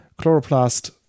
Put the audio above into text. chloroplast